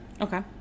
Okay